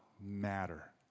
matter